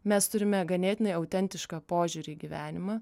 mes turime ganėtinai autentišką požiūrį į gyvenimą